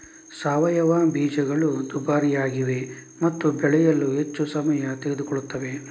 ಸಾವಯವ ಬೀಜಗಳು ದುಬಾರಿಯಾಗಿವೆ ಮತ್ತು ಬೆಳೆಯಲು ಹೆಚ್ಚು ಸಮಯ ತೆಗೆದುಕೊಳ್ಳುತ್ತವೆ